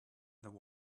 there